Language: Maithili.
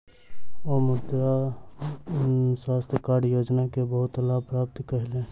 ओ मृदा स्वास्थ्य कार्ड योजना के बहुत लाभ प्राप्त कयलह्नि